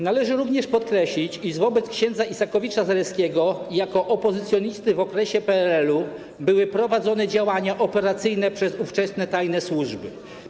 Należy również podkreślić, iż wobec ks. Isakowicza-Zaleskiego jako opozycjonisty w okresie PRL-u były prowadzone działania operacyjne przez ówczesne tajne służby.